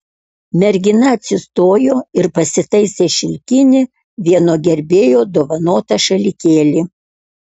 mergina atsistojo ir pasitaisė šilkinį vieno gerbėjo dovanotą šalikėlį